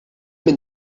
minn